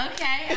Okay